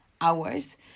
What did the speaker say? hours